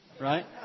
Right